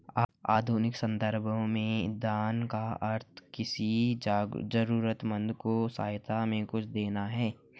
आधुनिक सन्दर्भों में दान का अर्थ किसी जरूरतमन्द को सहायता में कुछ देना है